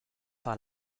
par